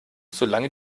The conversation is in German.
solange